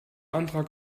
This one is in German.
antrag